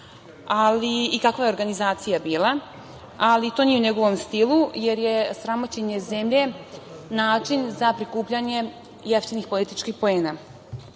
ali i kakva je organizacija bila. Ali, to nije u njegovom stilu, jer je sramoćenje zemlje način za prikupljanje jeftinih političkih poena. Ali